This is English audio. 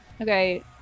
Okay